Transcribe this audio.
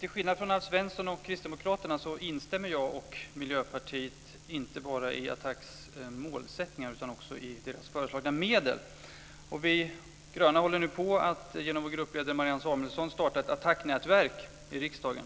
Till skillnad från Alf Svensson och kristdemokraterna instämmer jag och Miljöpartiet inte bara i ATTAC:s målsättningar utan också i deras förslag till medel. Vi gröna håller nu på att genom vår gruppledare Marianne Samuelsson starta ett ATTAC nätverk i riksdagen.